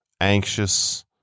anxious